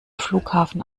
flughafen